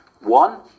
One